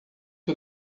que